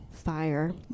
fire